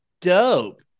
dope